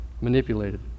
manipulated